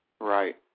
Right